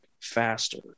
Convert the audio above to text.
faster